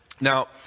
Now